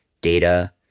data